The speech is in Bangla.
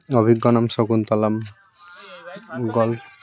অভিজ্ঞানম শকুন্তলম গল্প